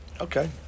Okay